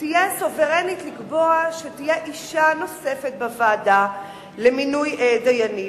שתהיה סוברנית לקבוע שתהיה אשה נוספת בוועדה למינוי דיינים,